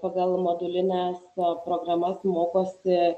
pagal modulines programa mokosi